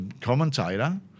commentator